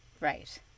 right